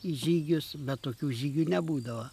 į žygius bet tokių žygių nebūdavo